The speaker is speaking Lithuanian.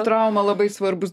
trauma labai svarbus